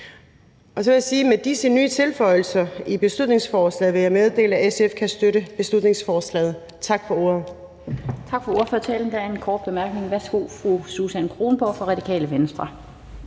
med disse nye tilføjelser i beslutningsforslaget kan SF støtte beslutningsforslaget. Tak for ordet.